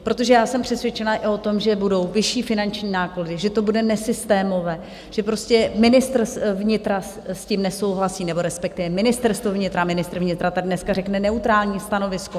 Protože já jsem přesvědčena i o tom, že budou vyšší finanční náklady, že to bude nesystémové, že ministr vnitra s tím nesouhlasí nebo respektive Ministerstvo vnitra, ministr vnitra dneska řekne neutrální stanovisko.